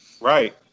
Right